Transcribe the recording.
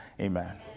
Amen